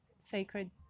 sacred